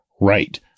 Right